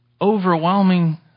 overwhelming